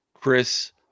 Chris